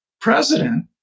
President